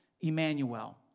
Emmanuel